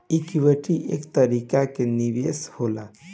equity एक तरीका के निवेश होला